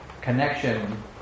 connection